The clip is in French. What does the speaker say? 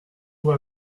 vous